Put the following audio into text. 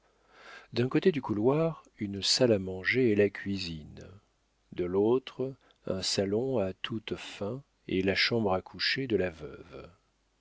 d'un côté du couloir une salle à manger et la cuisine de l'autre un salon à toutes fins et la chambre à coucher de la veuve